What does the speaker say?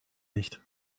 nicht